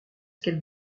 qu’elle